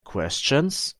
questions